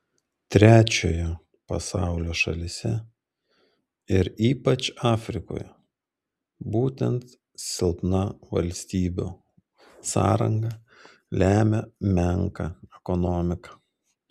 trečiojo pasaulio šalyse ir ypač afrikoje būtent silpna valstybių sąranga lemia menką ekonomiką